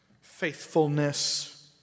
faithfulness